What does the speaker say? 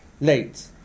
late